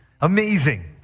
Amazing